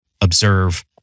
observe